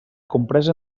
compresa